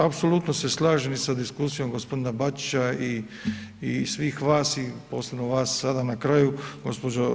Apsolutno se slažem i sa diskusijom g. Bačića i svih vas i posebno vas sada na kraju, gđo.